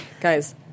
Guys